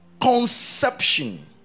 conception